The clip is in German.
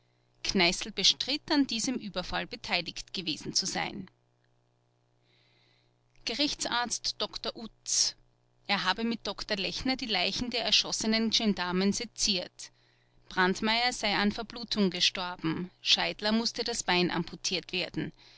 kneißl bestritt an diesem überfall beteiligt gewesen zu sein gerichtsarzt dr utz er habe mit dr lechner die leichen der erschossenen gendarmen seziert brandmeier sei an verblutung gestorben scheidler mußte das bein amputiert werden